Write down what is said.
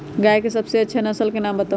गाय के सबसे अच्छा नसल के नाम बताऊ?